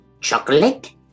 Chocolate